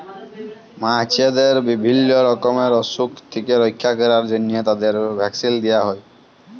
মাছদের বিভিল্য রকমের অসুখ থেক্যে রক্ষা ক্যরার জন্হে তাদের ভ্যাকসিল দেয়া হ্যয়ে